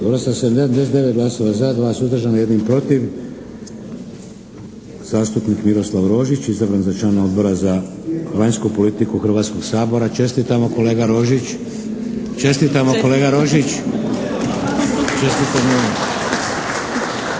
Rezultat. Sa 79 glasova za i 2 suzdržana i 1 protiv zastupnik Miroslav Rožić izabran za člana Odbora za vanjsku politiku Hrvatskog sabora. Čestitamo kolega Rožić. /Pljesak./ Izvolite dalje.